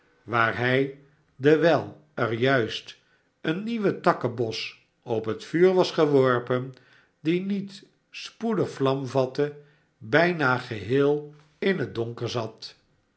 waar hij dewijl er juist een nieuwe takkebos op het vuur was geworpen die niet spoedig vlam vatte bijna geheel in het donker zat